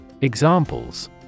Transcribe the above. Examples